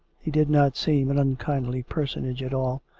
he did not seem an unkindly person age at all.